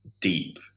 deep